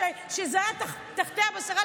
כשזה היה תחת מירב כהן כשרה,